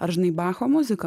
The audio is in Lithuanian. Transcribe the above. ar žinai bacho muziką